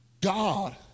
God